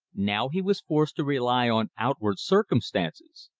now he was forced to rely on outward circumstances.